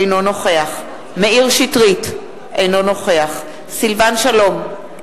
אינו נוכח מאיר שטרית, אינו נוכח סילבן שלום,